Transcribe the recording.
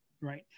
Right